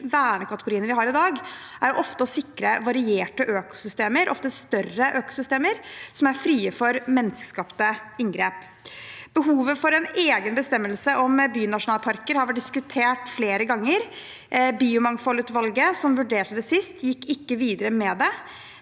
vernekategoriene vi har i dag, ofte er å sikre varierte økosystemer – ofte større økosystemer – som er frie for menneskeskapte inngrep. Behovet for en egen bestemmelse om bynasjonalparker har vært diskutert flere ganger. Biomangfoldlovutvalget, som vurderte det sist, gikk ikke videre med det.